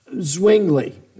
Zwingli